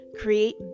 create